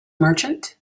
merchant